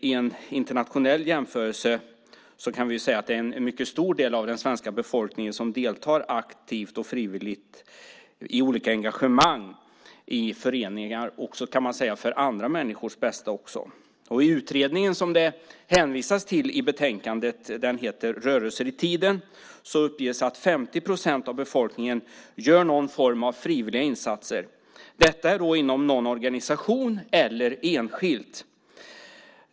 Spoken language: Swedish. I internationell jämförelse kan vi säga att en mycket stor del av den svenska befolkningen deltar aktivt och frivilligt i olika arrangemang i föreningar, även för andra människors bästa. I utredningen som det hänvisas till i betänkandet - den heter Rörelser i tiden - uppges att 50 procent av befolkningen gör någon form av frivilliga insatser. Det är inom någon organisation eller enskilt.